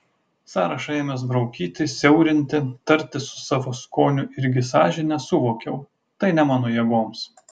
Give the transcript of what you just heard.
sąrašą ėmęs braukyti siaurinti tartis su savo skoniu irgi sąžine suvokiau tai ne mano jėgoms